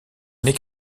n’est